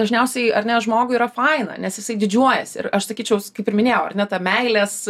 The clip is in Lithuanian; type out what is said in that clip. dažniausiai ar ne žmogui yra faina nes jisai didžiuojasi ir aš sakyčiaus kaip ir minėjau ar ne tą meilės